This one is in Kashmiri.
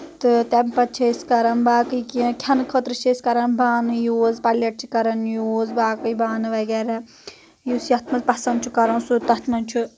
تہٕ تَمہِ پَتہٕ چھِ أسۍ کَران باقٕے کینٛہہ کھیٚنہٕ خٲطرٕ چھِ أسۍ کَران بانہٕ یوٗز پَلیٹ چھِ کَران یوٗز باقٕے بانہٕ وَغیرہ یُس یَتھ منٛز پَسنٛد چھُ کَران سُہ تَتھ منٛز چھُ